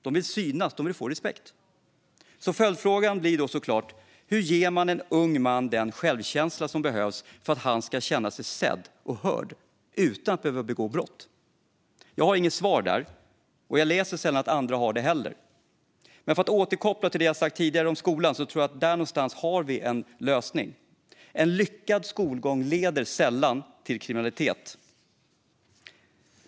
De vill synas och få respekt. Följdfrågan då blir såklart: Hur ger man en ung man den självkänsla som behövs för att han ska känna sig sedd och hörd utan att behöva begå brott? Där har jag inget svar, och jag läser sällan att andra har det heller. Men för att återknyta till det jag sagt tidigare om skolan tror jag att vi där någonstans har en lösning. En lyckad skolgång leder sällan till kriminalitet.